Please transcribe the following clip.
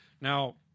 Now